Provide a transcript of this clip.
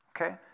okay